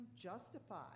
justified